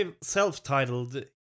self-titled